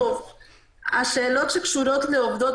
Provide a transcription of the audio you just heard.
השאלות שקשורות לעובדות